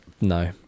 No